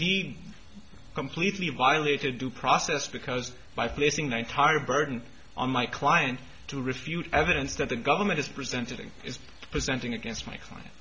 he completely violated due process because by placing the entire burden on my client to refute evidence that the government is presenting is presenting against my client